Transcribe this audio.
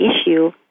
issue